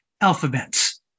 alphabets